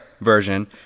version